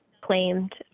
claimed